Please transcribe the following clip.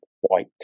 White